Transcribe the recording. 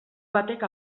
batek